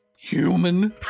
Human